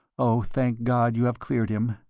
oh, thank god you have cleared him.